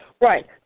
Right